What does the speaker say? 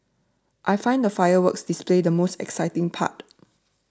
I find the fireworks display the most exciting part